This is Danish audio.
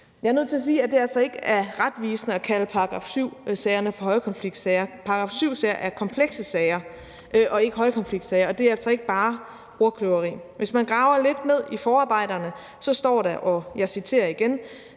Jeg er nødt til at sige, at det altså ikke er retvisende at kalde § 7-sagerne for højkonfliktsager. § 7-sager er komplekse sager og ikke højkonfliktsager. Og det er altså ikke bare ordkløveri. Hvis man graver lidt ned i forarbejderne, står der – og jeg læser igen: